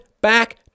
back